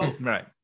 right